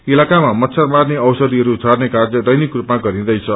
इलाकामा मच्छर मार्ने औषषिहरू छर्ने र्काय दैनिक स्पमा गरिन्दैछ